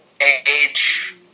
age